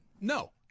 no